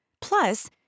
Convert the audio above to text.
Plus